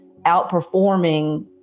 outperforming